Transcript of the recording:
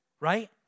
right